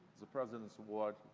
the president's award,